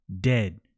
dead